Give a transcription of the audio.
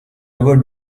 ever